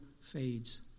fades